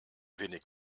wenig